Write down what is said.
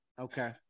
Okay